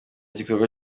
gikorwa